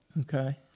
Okay